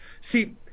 See